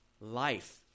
Life